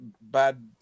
bad